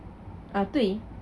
uh 对